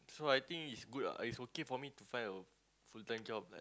so I think it's good ah it's okay for me to find a full time job like